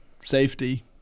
safety